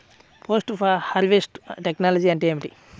Post harvest technology అంటే ఏమిటి?